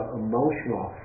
emotional